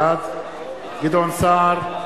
בעד גדעון סער,